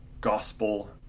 gospel